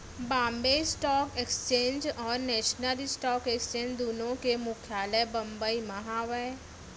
Bombay stock exchange और national stock exchange दुनो के मुख्यालय बंबई म हावय